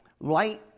Light